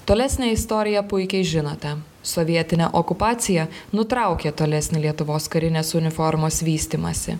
tolesnę istoriją puikiai žinote sovietinė okupacija nutraukė tolesnį lietuvos karinės uniformos vystymąsi